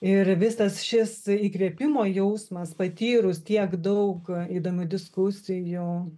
ir visas šis įkvėpimo jausmas patyrus tiek daug įdomių diskusijų